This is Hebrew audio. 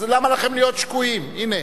הנה,